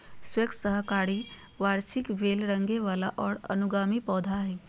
squash साकाहारी वार्षिक बेल रेंगय वला और अनुगामी पौधा हइ